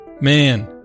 man